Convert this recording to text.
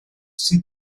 sydd